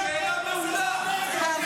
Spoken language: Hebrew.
שנים התקבלה החלטה שרירותית ומגמתית שבה יישובי